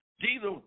Jesus